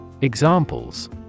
Examples